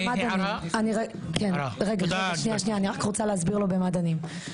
אני רק רוצה להסביר לו במה דנים,